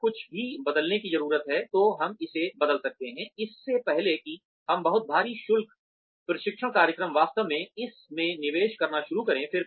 अगर कुछ भी बदलने की जरूरत है तो हम इसे बदल सकते हैं इससे पहले कि हम बहुत भारी शुल्क प्रशिक्षण कार्यक्रम वास्तव में इस में निवेश करना शुरू करें